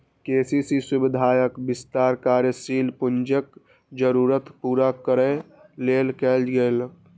KCC सुविधाक विस्तार कार्यशील पूंजीक जरूरत पूरा करै लेल कैल गेलै